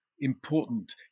important